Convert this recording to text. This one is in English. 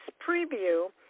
preview